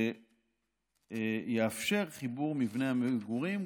ושיאפשר חיבור מבני המגורים,